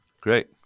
great